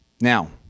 Now